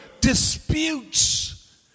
Disputes